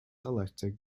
elected